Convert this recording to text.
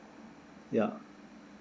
ya